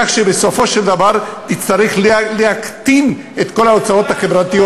כך שבסופו של דבר תצטרך להקטין את כל ההוצאות החברתיות,